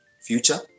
future